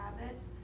habits